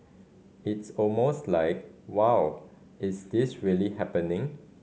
it's almost like wow is this really happening